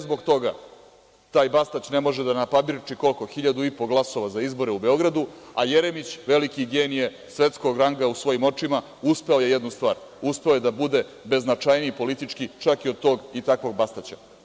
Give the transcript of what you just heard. Zbog toga taj Bastać ne može da napabirči koliko hiljadu i po glasova za izbore u Beogradu, a Jeremić, veliki genije svetskog ranga u svojim očima, uspeo je jednu stvar, uspeo je da bude beznačajniji politički čak i od tog i takvog Bastaća.